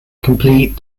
complete